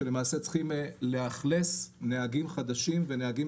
שלמעשה צריכים לאכלס נהגים חדשים ונהגים